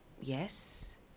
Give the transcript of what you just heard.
yes